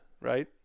right